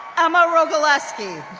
emma rogalewski,